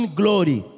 glory